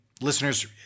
listeners